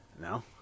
No